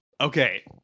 okay